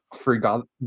forgot